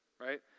right